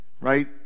right